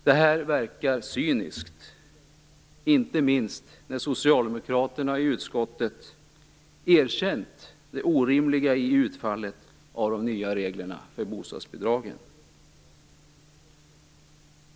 Detta verkar cyniskt, inte minst då socialdemokraterna i utskottet har erkänt det orimliga i utfallet av de nya reglerna för bostadsbidragen.